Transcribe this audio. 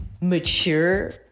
mature